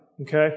okay